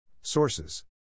Sources